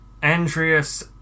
Andreas